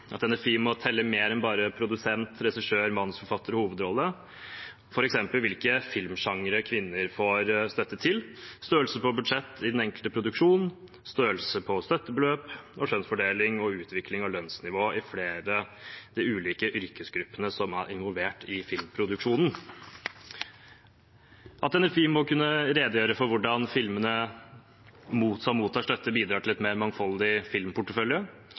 at NFI må telle mer enn bare produsent, regissør, manusforfatter og hovedrolle, f.eks. hvilke filmsjangre kvinner får støtte til, størrelse på budsjettet til den enkelte produksjon, størrelse på støttebeløp, kjønnsfordeling og utvikling av lønnsnivå i flere av de ulike yrkesgruppene som er involvert i filmproduksjon, at NFI må kunne redegjøre for hvordan filmene som mottar støtte, bidrar til en mer mangfoldig filmportefølje,